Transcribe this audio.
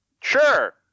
Sure